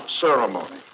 ceremony